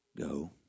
Go